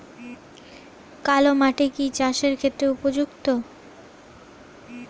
কালো মাটি কি চাষের ক্ষেত্রে উপযুক্ত?